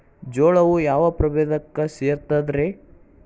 ಜೋಳವು ಯಾವ ಪ್ರಭೇದಕ್ಕ ಸೇರ್ತದ ರೇ?